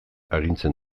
agintzen